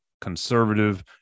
conservative